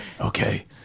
okay